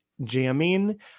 jamming